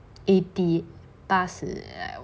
eighty 八十